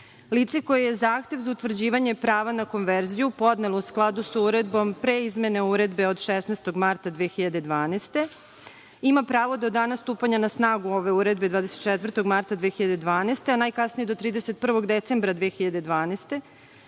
koje je zahtev za utvrđivanje prava na konverziju podnelo u skladu sa uredbom pre izmene uredbe od 16. marta 2012. godine, ima pravo do dana stupanja na snagu ove uredbe 24. marta 2012. godine, a najkasnije do 31. decembra 2012.